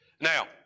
Now